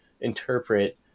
interpret